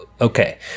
okay